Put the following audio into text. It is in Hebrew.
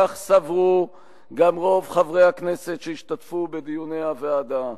כך סברו גם רוב חברי הכנסת שהשתתפו בדיוני הוועדה,